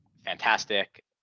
fantastic